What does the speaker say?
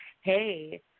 hey